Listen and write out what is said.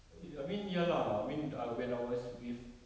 err I mean ya lah I mean ah when I was with